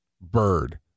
Bird